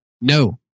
No